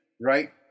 right